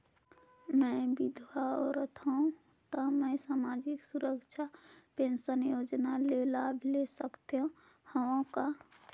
मैं विधवा औरत हवं त मै समाजिक सुरक्षा पेंशन योजना ले लाभ ले सकथे हव का?